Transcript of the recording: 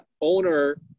owner